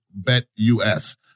BetUS